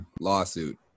Lawsuit